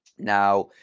now,